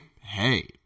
hey